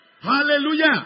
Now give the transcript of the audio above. Hallelujah